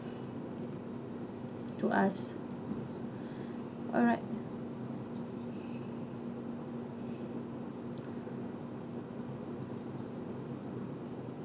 to us alright